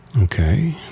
Okay